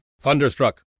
thunderstruck